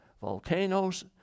volcanoes